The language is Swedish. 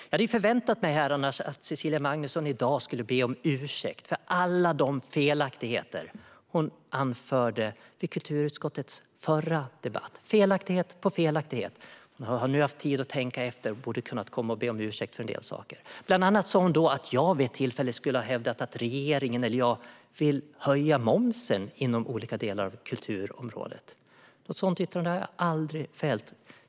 Jag hade förväntat mig att Cecilia Magnusson i dag skulle be om ursäkt för alla de felaktigheter hon anförde i kulturutskottets förra debatt, felaktighet på felaktighet. Hon har nu haft tid att tänka efter och borde ha kunnat be om ursäkt för en del saker. Bland annat sa hon då att jag vid ett tillfälle skulle ha hävdat att jag vill höja momsen inom olika delar av kulturområdet. Något sådant yttrande har jag aldrig fällt.